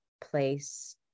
place